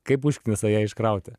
kaip užknisa ją iškrauti